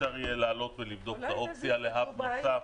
אפשר להעלות ולבדוק את האופציה להאב נוסף.